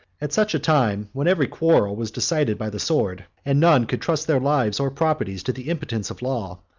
at such a time, when every quarrel was decided by the sword, and none could trust their lives or properties to the impotence of law,